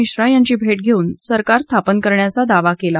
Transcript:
मिश्रा यांची भेट घेऊन सरकार स्थापन करण्याचा दावा केला